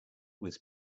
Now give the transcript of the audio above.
was